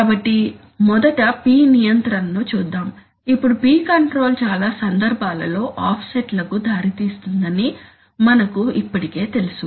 కాబట్టి మొదట P నియంత్రణను చూద్దాం ఇప్పుడు P కంట్రోల్ చాలా సందర్భాలలో ఆఫ్సెట్లకు దారితీస్తుందని మనకు ఇప్పటికే తెలుసు